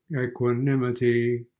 equanimity